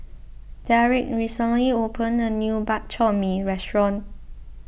Derick recently opened a new Bak Chor Mee restaurant